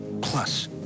plus